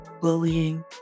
bullying